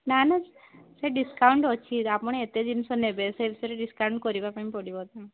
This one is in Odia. ନା ନା ସେ ଡିସକାଉଣ୍ଟ ଅଛି ଆପଣ ଏତେ ଜିନିଷ ନେବେ ସେ ହିସାବରେ ଡିସକାଉଣ୍ଟ କରିବାକୁ ପାଉଁ ପଡ଼ିବନା